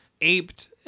aped